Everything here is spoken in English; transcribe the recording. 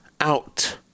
out